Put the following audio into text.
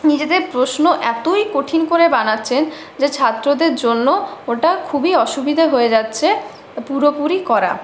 নিজেদের প্রশ্ন এতোই কঠিন করে বানাচ্ছেন যে ছাত্রদের জন্য ওটা খুবই অসুবিধে হয়ে যাচ্ছে পুরোপুরি করা